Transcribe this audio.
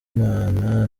imana